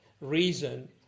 reason